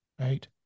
right